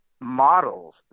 models